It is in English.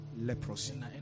leprosy